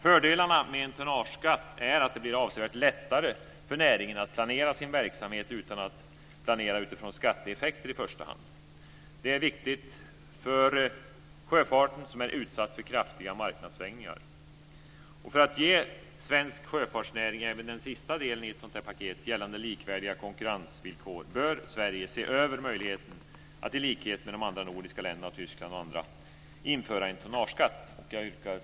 Fördelarna med en tonnageskatt är att det blir avsevärt lättare för näringen att planera sin verksamhet utan att planera utifrån skatteeffekter i första hand. Det är viktigt för sjöfarten, som är utsatt för kraftiga marknadssvängningar. För att ge svensk sjöfartsnäring även den sista delen i ett sådant här paket gällande likvärdiga konkurrensvillkor bör Sverige se över möjligheten att i likhet med de andra nordiska länderna, Tyskland och andra införa en tonnageskatt. Fru talman!